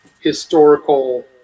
historical